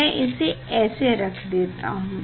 मैं इसे ऐसे रख कर देखता हूँ